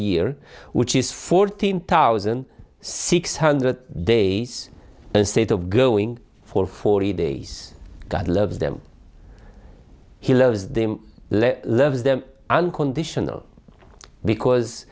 year which is fourteen thousand six hundred days instead of going for forty days god loves them he loves them loves them unconditionally because